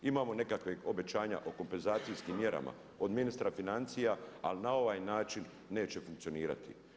Imamo nekakva obećanja o kompenzacijskim mjerama od ministra financija, ali na ovaj način neće funkcionirati.